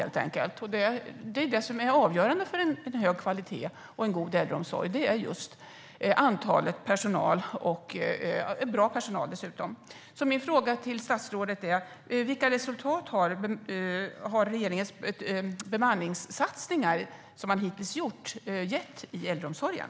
Det är det som är avgörande för hög kvalitet och god äldreomsorg - antalet personal, och bra personal dessutom. Min fråga till statsrådet är därför: Vilka resultat har man fått av de bemanningssatsningar regeringen hittills har gjort i äldreomsorgen?